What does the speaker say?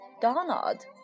Donald